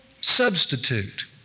substitute